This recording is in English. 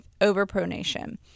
overpronation